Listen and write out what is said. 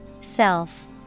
Self